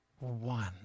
one